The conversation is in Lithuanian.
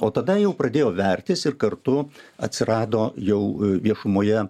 o tada jau pradėjo vertis ir kartu atsirado jau viešumoje